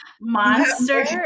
monster